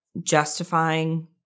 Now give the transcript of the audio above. justifying